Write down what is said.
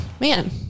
man